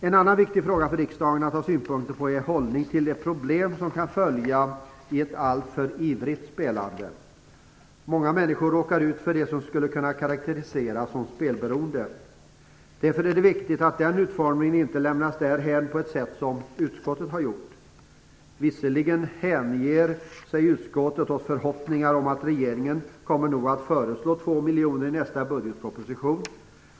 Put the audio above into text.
En annan viktig fråga för riksdagen att ha synpunkter på är hållningen till de problem som kan följa i ett alltför ivrigt spelande. Många människor råkar ut för det som skulle kunna karakteriseras som spelberoende. Därför är det viktigt att den utformningen inte lämnas därhän på ett sådant sätt som utskottet har gjort. Visserligen hänger sig utskottet åt förhoppningar om att regeringen nog kommer att föreslå 2 miljoner i nästa budgetproposition.